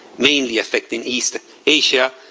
mainly affecting east asia,